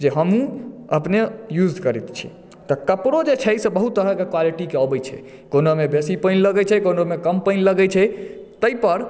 जे हमहू अपने यूज़ करैत छी कपड़ो जे छै से बहुत तरहक क़्वालिटी के अबै छै कोनो मे बेसी पानि लगै छै कोनो मे कम पानि लगै छै ताहि पर